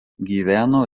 gyveno